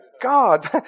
God